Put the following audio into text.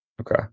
Okay